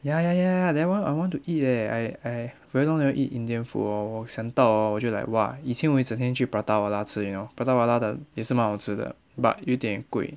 ya ya ya ya that one I want to eat leh I I very long never eat indian food orh 我想到 orh 我就 like !wah! 以前我会整天去 prata wala 吃 you know prata wala 的也是蛮好吃的 but 有一点贵